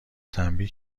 تنبیه